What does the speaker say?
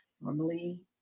normally